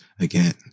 again